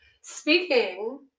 Speaking